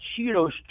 Cheetos